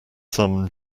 some